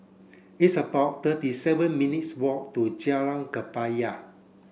it's about thirty seven minutes' walk to Jalan Kebaya